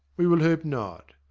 we will hope not.